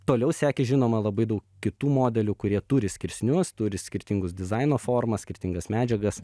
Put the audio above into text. toliau sekė žinoma labai daug kitų modelių kurie turi skirsnius turi skirtingus dizaino formas skirtingas medžiagas